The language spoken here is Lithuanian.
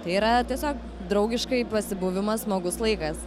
tai yra tiesiog draugiškai pasibuvimas smagus laikas